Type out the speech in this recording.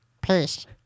Peace